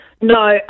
No